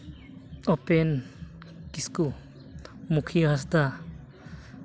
ᱩᱯᱮᱱ ᱠᱤᱥᱠᱩ ᱢᱩᱠᱷᱤᱭᱟᱹ ᱦᱟᱸᱥᱫᱟ